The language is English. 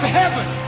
heaven